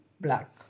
black